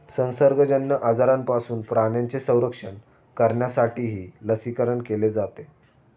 संसर्गजन्य आजारांपासून प्राण्यांचे संरक्षण करण्यासाठीही लसीकरण केले जाते